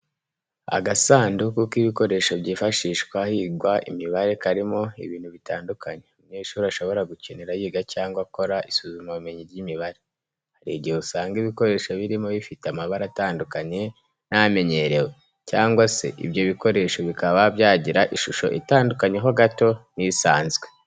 Agasanduka k'ibikoresho byifashishwa higwa imibare karimo ibintu bitandukanye umunyeshuri ashobora gukenera yiga cyangwa akora isuzumabumenyi ry'imibare. Hari igihe usanga ibikoresho birimo bifite amabara atandukanye n'amenyerewe cyangwa se ibyo bikoresho bikaba byagira ishusho itandukanyeho gato n'isanzwe.